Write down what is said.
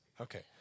Okay